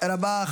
תודה רבה.